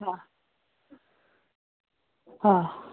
हां हां